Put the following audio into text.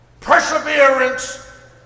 perseverance